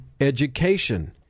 education